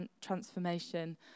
transformation